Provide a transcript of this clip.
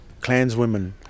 clanswomen